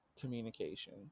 communication